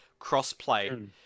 crossplay